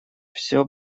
всё